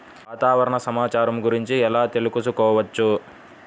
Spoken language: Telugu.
వాతావరణ సమాచారము గురించి ఎలా తెలుకుసుకోవచ్చు?